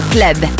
Club